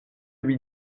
lui